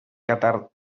catar